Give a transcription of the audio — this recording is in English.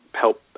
help